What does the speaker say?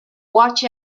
watch